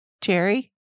Jerry